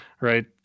right